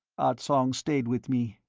ah tsong stayed with me.